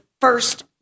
first